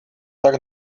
tak